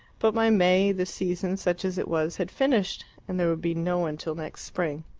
but by may the season, such as it was, had finished, and there would be no one till next spring.